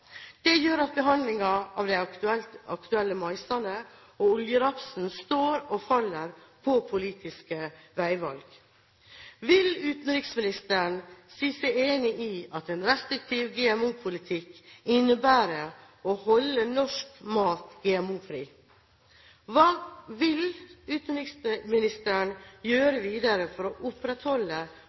Det gjør at behandlingen av den aktuelle maisen og oljerapsen står og faller på politiske veivalg. Vil utenriksministeren si seg enig i at en restriktiv GMO-politikk innebærer å holde norsk mat GMO-fri? Hva vil utenriksministeren gjøre videre for å opprettholde